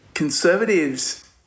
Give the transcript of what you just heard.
Conservatives